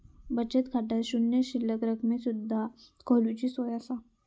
बचत खाता शून्य शिल्लक रकमेवर सुद्धा खोलूची सोया असा